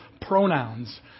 pronouns